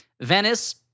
Venice